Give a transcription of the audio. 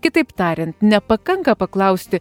kitaip tariant nepakanka paklausti